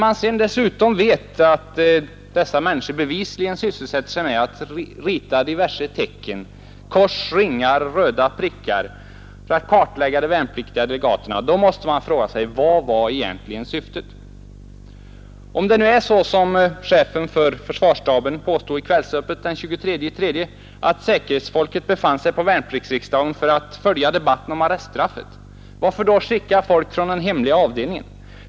Men när dessa människor dessutom bevisligen sysselsätter sig med att rita diverse tecken — kors, ringar och röda prickar — för att kartlägga värnpliktsdelegaterna måste man fråga sig: Vad var egentligen syftet? Om det nu är så, som chefen för försvarsstaben påstod i Kvällsöppet den 23 mars, att säkerhetsfolket befann sig på värnpliktsriksdagen för att följa debatten om arreststraffet, varför då skicka folk från den hemliga avdelningen?